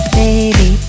baby